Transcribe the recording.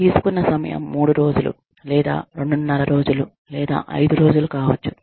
తీసుకున్న సమయం 3 రోజులు లేదా 2 12 రోజులు లేదా 5 రోజులు కావచ్చు